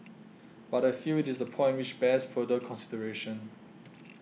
but I feel it is a point which bears further consideration